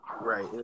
Right